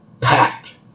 packed